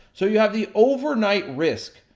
so, you have the overnight risk,